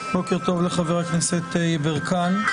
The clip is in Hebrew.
בוקר טוב לחבר הכנסת יברקן,